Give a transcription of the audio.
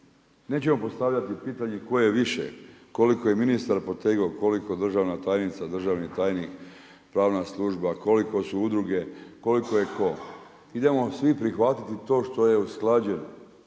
Nećemo postavljati pitanje tko je više, koliko je ministar, koliko državna tajnica, državni tajnik, pravna služba, koliko su udruge, koliko je tko, idemo svi prihvatiti to što je usklađeno